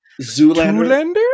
Zoolander